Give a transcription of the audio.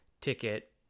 ticket